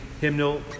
hymnal